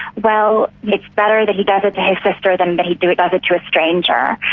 well, it's better that he does it to his sister than that he do it um it to a stranger.